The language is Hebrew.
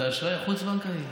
האשראי החוץ-בנקאי.